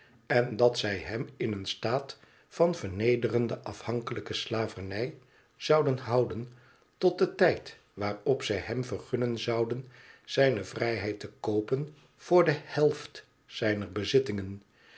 en dat zij hem in een staat van vernederende afhankelijke slavernij zouden houden tot den tijd waarop zij hem vergunnen zouden zijne vrijheid te koopen voor de helft zijner bezittingen